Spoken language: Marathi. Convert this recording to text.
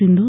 सिंधू